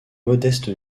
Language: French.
modeste